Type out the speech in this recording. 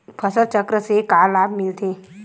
फसल चक्र से का लाभ मिलथे?